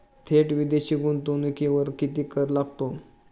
थेट विदेशी गुंतवणुकीवर किती कर लागतो?